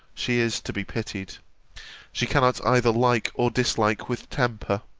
she is to be pitied she cannot either like or dislike with temper!